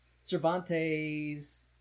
cervantes